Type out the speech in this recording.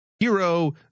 Hero